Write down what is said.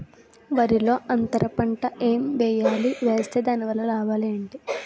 వరిలో అంతర పంట ఎం వేయాలి? వేస్తే దాని వల్ల లాభాలు ఏంటి?